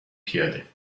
پیاده